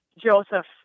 Joseph